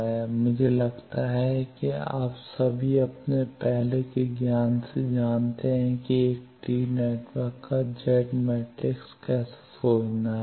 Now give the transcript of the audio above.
यह मुझे लगता है कि आप सभी अपने पहले के ज्ञान से जानते हैं कि एक टी नेटवर्क का Z मैट्रिक्स कैसे खोजना है